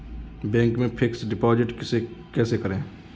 Bank में fix deposit कैसे करें?